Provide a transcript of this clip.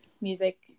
music